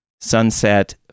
Sunset